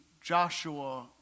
Joshua